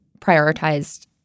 prioritized